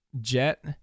Jet